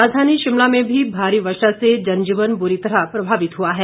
राजधानी शिमला में भी भारी वर्षा से जनजीवन ब्री तरह प्रभावित हुआ है